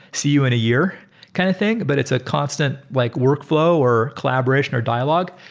see you in a year kind of thing, but it's a constant like workflow or collaboration or dialogue.